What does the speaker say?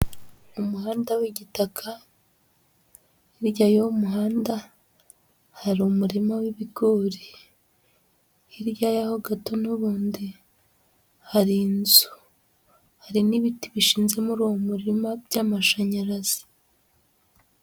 Umuhanda w'igitaka, hirya y'uwo muhanda hari umurima w'ibigori, hirya y'aho gato n'ubundi hari inzu, hari n'ibiti bishinze muri uwo murima by'amashanyarazi.